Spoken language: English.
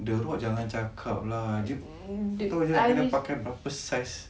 the rock jangan cakap lah dia tau dia nak kene pakai berapa size